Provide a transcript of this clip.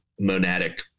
monadic